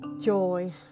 joy